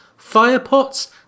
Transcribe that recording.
firepots